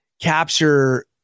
capture